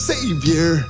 Savior